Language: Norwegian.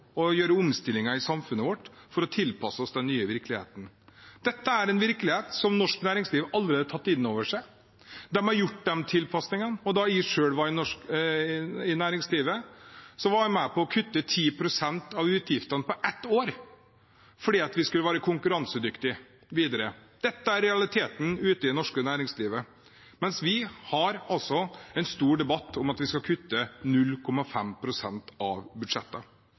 å gjøre omstillinger i samfunnet vårt for å tilpasse oss den nye virkeligheten. Dette er en virkelighet som norsk næringsliv allerede har tatt inn over seg. De har gjort de tilpasningene. Da jeg selv var i næringslivet, var jeg med på å kutte 10 pst. av utgiftene på ett år, fordi vi skulle være konkurransedyktige videre. Dette er realiteten ute i det norske næringslivet, mens vi altså har en stor debatt om at vi skal kutte 0,5 pst. av